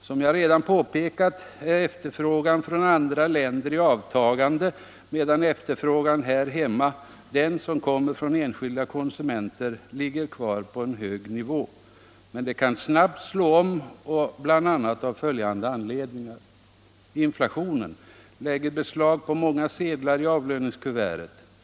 Som jag redan påpekat är efterfrågan från andra länder i avtagande medan efterfrågan här hemma — den som kommer från enskilda konsumenter —- ligger kvar på en hög nivå. Men det kan snabbt slå om av bl.a. följande anledningar: Inflationen lägger beslag på många sedlar i avlöningskuvertet.